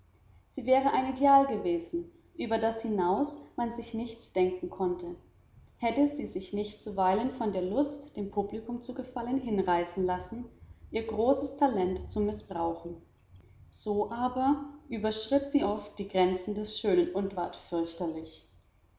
sie wäre ein ideal gewesen über das hinaus man sich nichts denken konnte hätte sie sich nicht zuweilen von der lust dem publikum zu gefallen hinreißen lassen ihr großes talent zu mißbrauchen so aber überschritt sie oft die grenzen des schönen und ward fürchterlich